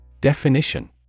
Definition